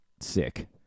sick